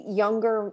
younger